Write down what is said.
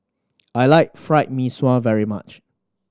I like Fried Mee Sua very much